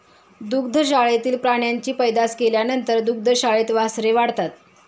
दुग्धशाळेतील प्राण्यांची पैदास केल्यानंतर दुग्धशाळेत वासरे वाढतात